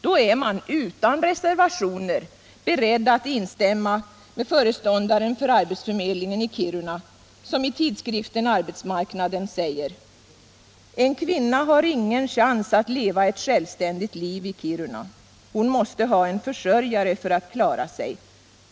Då är man utan reservationer beredd att instämma med fö — m.m. reståndaren för arbetsförmedlingen i Kiruna som i tidskriften Arbetsmarknaden säger: ”En kvinna har ingen chans att leva ett självständigt liv i Kiruna. Hon måste ha en försörjare för att klara sig ...